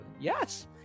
yes